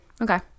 okay